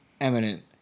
eminent